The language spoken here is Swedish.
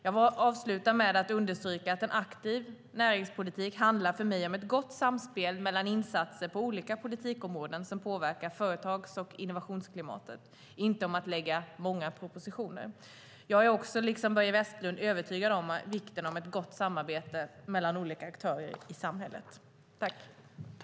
Jag vill avsluta med att understryka att en aktiv näringspolitik för mig handlar om ett gott samspel mellan insatser på olika politikområden som påverkar företags och innovationsklimatet, inte om att lägga fram många propositioner. Jag är också, liksom Börje Vestlund, övertygad om vikten av ett gott samarbete mellan olika aktörer i samhället.